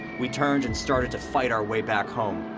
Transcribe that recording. we turned and started to fight our way back home.